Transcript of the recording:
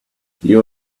you